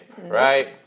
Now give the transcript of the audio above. right